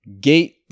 gate